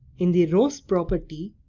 in the rows property.